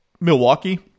Milwaukee